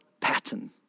pattern